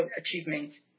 achievements